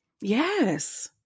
Yes